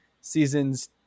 Seasons